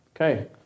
Okay